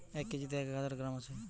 এক কেজিতে এক হাজার গ্রাম আছে